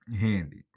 handy